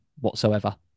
whatsoever